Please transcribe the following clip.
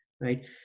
right